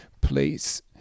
please